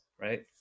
right